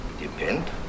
Depend